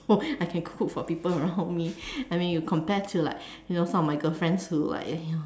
so I can cook for people around me I mean you compare to like you know some of my girlfriends who like you know